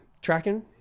tracking